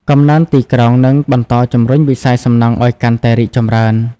កំណើនទីក្រុងនឹងបន្តជំរុញវិស័យសំណង់ឱ្យកាន់តែរីកចម្រើន។